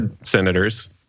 senators